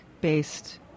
based